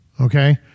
Okay